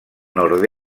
nord